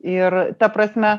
ir ta prasme